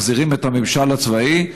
מחזירים את הממשל הצבאי.